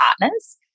partners